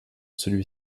celui